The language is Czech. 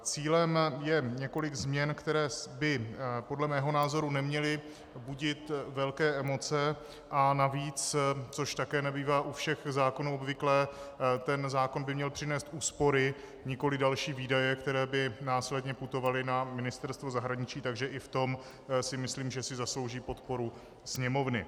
Cílem je několik změn, které by podle mého názoru neměly budit velké emoce, a navíc, což také nebývá u všech zákonů obvyklé, zákon by měl přinést úspory, nikoliv další výdaje, které by následně putovaly na Ministerstvo zahraničí, takže i v tom si myslím, že si zaslouží podporu Sněmovny.